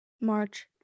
March